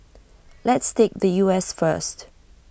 let's take the U S first